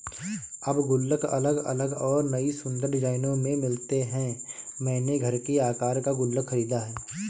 अब गुल्लक अलग अलग और नयी सुन्दर डिज़ाइनों में मिलते हैं मैंने घर के आकर का गुल्लक खरीदा है